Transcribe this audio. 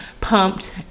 pumped